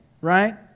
right